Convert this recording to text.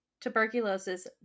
tuberculosis